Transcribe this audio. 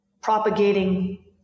propagating